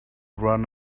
run